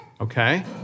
Okay